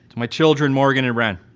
my children, morgan and wren,